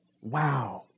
Wow